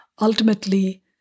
Ultimately